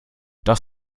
das